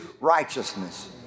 righteousness